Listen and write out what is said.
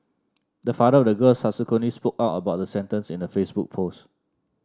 the father of the girl subsequently spoke out about the sentence in a Facebook post